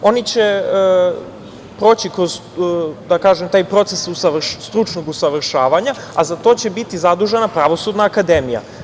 Oni će proći kroz, da kažem, taj proces stručnog usavršavanja, a za to će biti zadužena Pravosudna akademija.